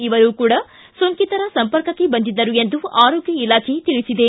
ಇವರು ಕೂಡ ಸೋಂಕಿತರ ಸಂಪರ್ಕಕ್ಕೆ ಬಂದಿದ್ದರು ಎಂದು ಆರೋಗ್ಯ ಇಲಾಖೆ ತಿಳಿಸಿದೆ